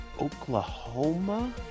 Oklahoma